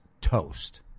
toast